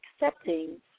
accepting